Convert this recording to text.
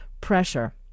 pressure